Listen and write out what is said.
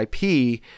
IP